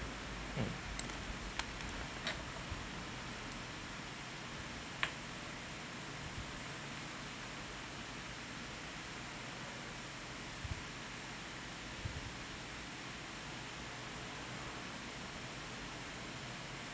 mm